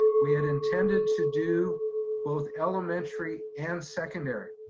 we had intended to do both elementary and secondary.